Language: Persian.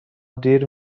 دیر